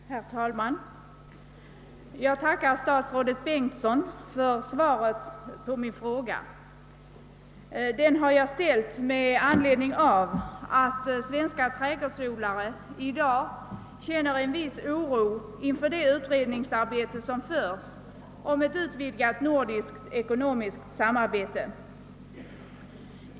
Herr talman! Jag tackar statsrådet Bengtsson för svaret på min fråga. Den har jag ställt med anledning av att svenska trädgårdsodlare känner en viss oro inför det utredningsarbete som pågår om ett utvidgat nordiskt ekonomiskt samarbete.